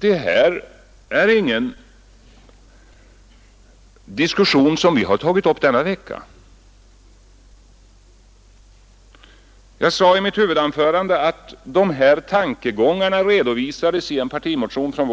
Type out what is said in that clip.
Det här är ingen diskussion som vi har tagit upp denna vecka. Jag sade i mitt huvudanförande att de här tankegångarna redovisades i en partimotion från